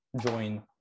join